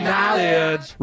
Knowledge